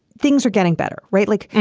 things are getting better. right. like and